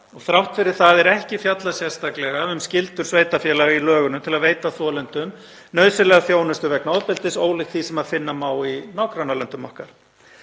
þrátt fyrir það er ekki fjallað sérstaklega um skyldur sveitarfélaga í lögunum til að veita þolendum nauðsynlega þjónustu vegna ofbeldis, ólíkt því sem finna má í nágrannalöndum okkar.